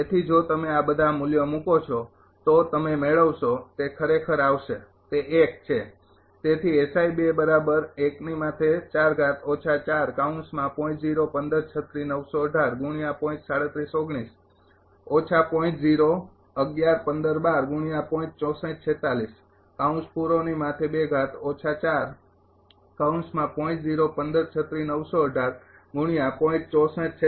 તેથી જો તમે આ બધા મૂલ્યો મૂકો છો તો તમે મેળવશો તે ખરેખર આવશે તે છે